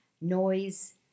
noise